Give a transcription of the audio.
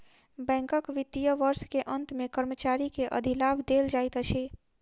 बैंकक वित्तीय वर्ष के अंत मे कर्मचारी के अधिलाभ देल जाइत अछि